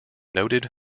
noted